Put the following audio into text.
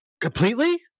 completely